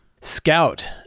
Scout